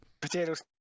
Potatoes